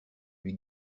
lui